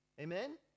Amen